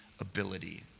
ability